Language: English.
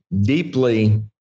deeply